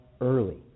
early